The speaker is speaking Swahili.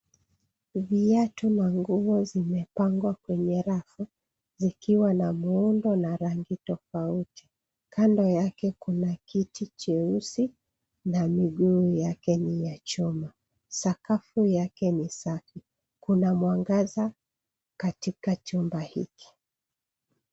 Viatu na nguo zimepangwa kwenye rafu, zikiwa na muundo na rangi tofauti. Kando yake kuna kiti cheusi, na miguu yake ni ya chuma. Sakafu yake ni safi. Kuna mwangaza katika chumba hiki.